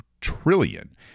trillion